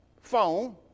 phone